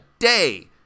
day